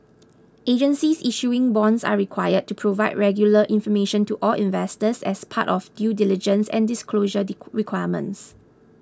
agencies issuing bonds are required to provide regular information to all investors as part of due diligence and disclosure requirements